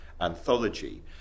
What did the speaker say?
anthology